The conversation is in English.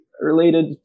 related